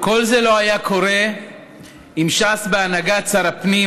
כל זה לא היה קורה אם ש"ס בהנהגת שר הפנים,